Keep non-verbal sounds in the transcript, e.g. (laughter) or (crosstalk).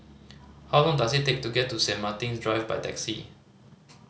how long does it take to get to Saint Martin's Drive by taxi (noise)